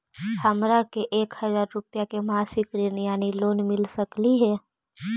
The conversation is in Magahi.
हमरा के एक हजार रुपया के मासिक ऋण यानी लोन मिल सकली हे?